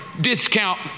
discount